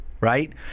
right